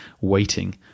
waiting